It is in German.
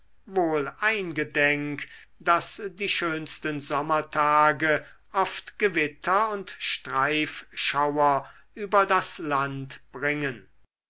wohl eingedenk daß die schönsten sommertage oft gewitter und streifschauer über das land bringen